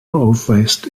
aufweist